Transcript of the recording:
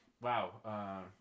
wow